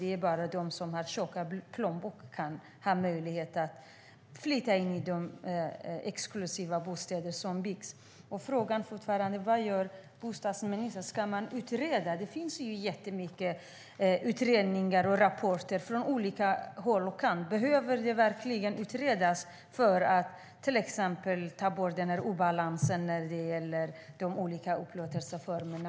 Det är bara de som har tjocka plånböcker som har möjlighet att flytta in i de exklusiva bostäder som byggs. Frågan är fortfarande: Vad gör bostadsministern? Ska man utreda? Det finns många utredningar och rapporter från olika håll och kanter. Behövs det verkligen en utredning för att ta bort obalansen när det gäller de olika upplåtelseformerna?